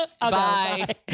bye